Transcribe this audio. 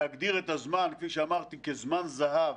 להגדיר את הזמן כפי שאמרתי כזמן זהב